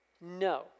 No